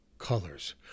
colors